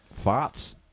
Farts